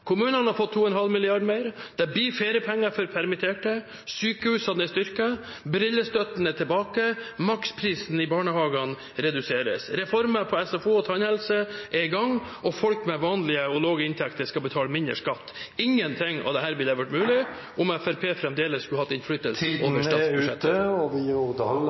Kommunene har fått 2,5 mrd. kr mer, det blir feriepenger for permitterte, sykehusene er styrket, brillestøtten er tilbake, maksprisen i barnehagen reduseres. Reformer på SFO og tannhelse er i gang, og folk med vanlige og lave inntekter skal betale mindre skatt. Ingenting av dette ville vært mulig om Fremskrittspartiet fremdeles skulle hatt innflytelse over statsbudsjettet. Tiden er